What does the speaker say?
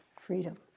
freedom